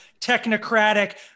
technocratic